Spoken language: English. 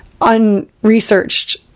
unresearched